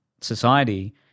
society